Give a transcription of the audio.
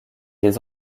les